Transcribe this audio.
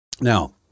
Now